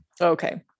Okay